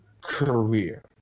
career